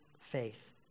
faith